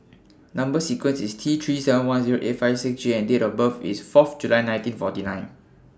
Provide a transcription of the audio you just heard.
Number sequence IS T three seven one Zero eight five six J and Date of birth IS forth July nineteen forty nine